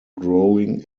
growing